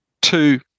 Two